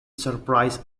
surprise